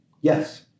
Yes